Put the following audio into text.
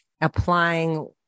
applying